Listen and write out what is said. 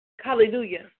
Hallelujah